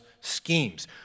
schemes